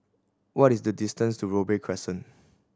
what is the distance to Robey Crescent